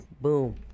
Boom